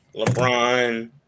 LeBron